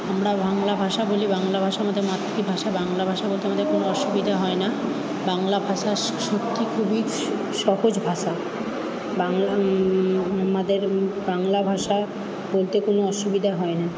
আমরা বাংলা ভাষা বলি বাংলা ভাষা আমাদের মাতৃভাষা বাংলা ভাষা বলতে আমাদের কোনো অসুবিধা হয় না বাংলা ভাষা সত্যি খুবই সহজ ভাষা বাংলা আমাদের বাংলা ভাষা বলতে কোনো অসুবিধা হয় না